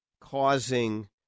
causing